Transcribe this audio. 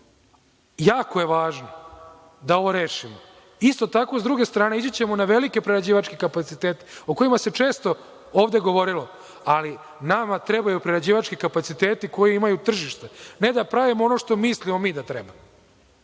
jako je važno da ovo rešimo. Isto tako, sa druge strane, ići ćemo na velike prerađivačke kapacitete, o kojima se često ovde govorilo, ali nama trebaju prerađivački kapaciteti koji imaju tržište, ne da pravimo ono što mislimo mi da treba.